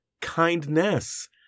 kindness